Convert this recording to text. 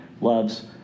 loves